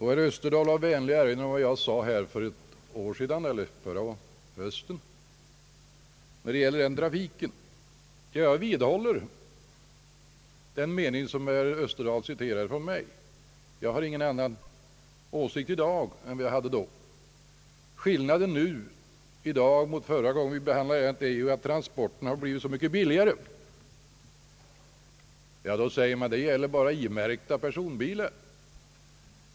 Herr Österdahl var vänlig att erinra om vad jag sade förra hösten om trafikfrågorna. Jag står fast vid den åsikt jag då hyste. Skillnaden i dag är den att transporterna blivit så mycket billigare. Då svarar man att detta endast gäller I-märkta personbilar.